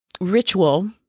ritual